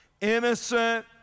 innocent